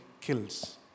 Kills